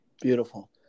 Beautiful